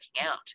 out